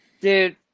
dude